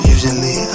Usually